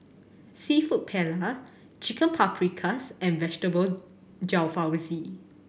Seafood Paella Chicken Paprikas and Vegetable Jalfrezi